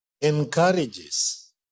encourages